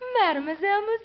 Mademoiselle